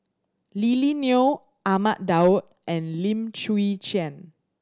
Lily Neo Ahmad Daud and Lim Chwee Chian